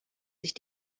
sich